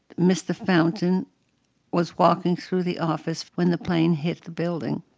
mr. fountain was walking through the office when the plane hit the building.